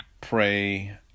pray